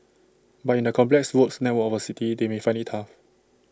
but in the complex road network of A city they may find IT tough